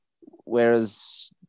Whereas